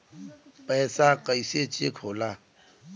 पैसा कइसे चेक होला?